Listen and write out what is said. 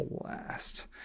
blast